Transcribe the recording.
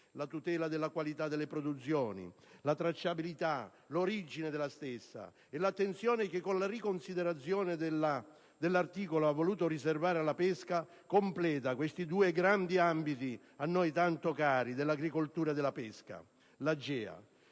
La tutela della qualità delle produzioni, la tracciabilità, l'origine della stessa, l'attenzione che con la riconsiderazione dell'articolo lei ha voluto riservare alla pesca, completa questi due grandi ambiti a noi tanto cari dell'agricoltura e della pesca. L'AGEA,